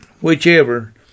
Whichever